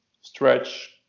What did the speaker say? stretch